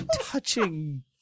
touching